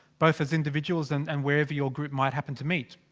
both as individuals and and wherever your group might happen to meet.